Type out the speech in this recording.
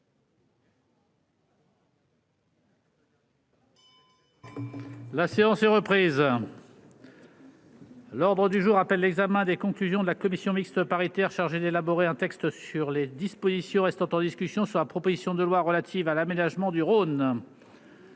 La séance est reprise. L'ordre du jour appelle Examen des conclusions de la commission mixte paritaire chargée d'élaborer un texte sur les dispositions restant en discussion sur la proposition de loi relative à l'aménagement du Rhône.